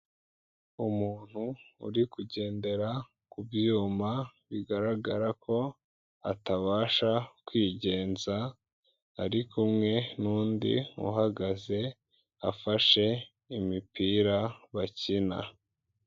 Umuntu uri kugendera ku byuma, bigaragara ko atabasha kwigenza, ari kumwe n'undi uhagaze afashe imipira bakina.